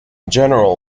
general